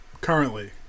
currently